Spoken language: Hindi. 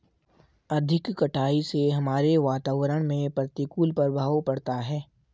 अधिक कटाई से हमारे वातावरण में प्रतिकूल प्रभाव पड़ता है